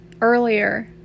earlier